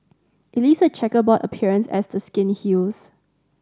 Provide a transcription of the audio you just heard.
it leaves a chequerboard appearance as the skin heals